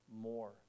more